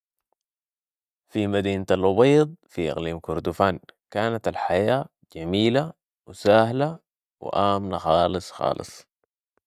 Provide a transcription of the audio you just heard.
في مدينه الأبيض في أقليم كردفان كانت الحياه جميله و ساهله و امانه خاص خالص